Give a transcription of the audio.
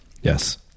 Yes